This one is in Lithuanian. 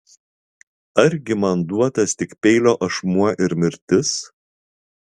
argi man duotas tik peilio ašmuo ir mirtis